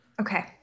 Okay